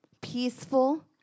Peaceful